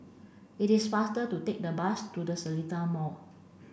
it is faster to take the bus to The Seletar Mall